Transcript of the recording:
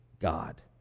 God